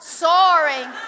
soaring